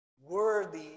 worthy